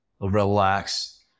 relax